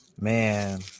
Man